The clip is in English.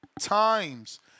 times